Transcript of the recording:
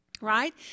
right